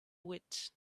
wit